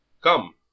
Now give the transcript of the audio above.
Come